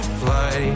fly